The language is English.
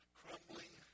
crumbling